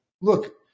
look